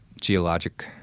geologic